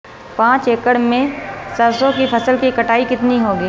पांच एकड़ में सरसों की फसल की कटाई कितनी होगी?